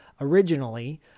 originally